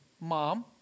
mom